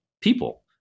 people